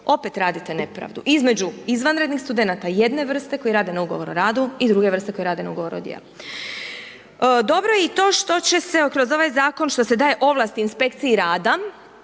Opet radite nepravdu između izvanrednih studenata jedne vrste koji rade na ugovor o radu i druge vrste koji rade na ugovor o djelu. Dobro je i to što će se kroz ovaj zakon što se daje ovlast inspekciji rada